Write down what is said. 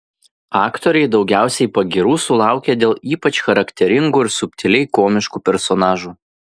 aktoriai daugiausiai pagyrų sulaukia dėl ypač charakteringų ir subtiliai komiškų personažų